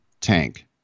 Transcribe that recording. tank